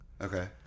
Okay